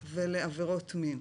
ולעבירות מין.